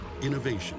Innovation